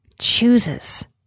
chooses